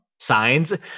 signs